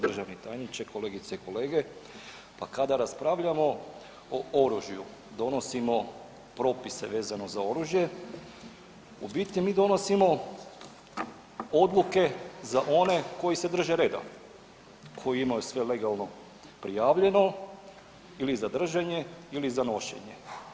Državni tajniče, kolegice i kolege pa kada raspravljamo o oružju, donosimo propise vezane za oružje u biti mi donosimo odluke za one koji se drže reda, koji imaju sve legalno prijavljeno ili za držanje ili za nošenje.